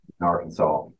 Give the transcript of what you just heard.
Arkansas